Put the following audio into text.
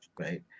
right